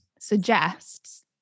suggests